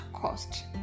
cost